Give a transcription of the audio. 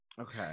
Okay